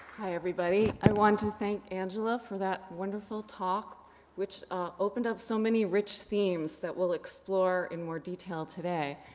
hi, everybody. i want to thank angela for that wonderful talk which opened up so many rich themes that we'll explore in more detail today.